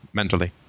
mentally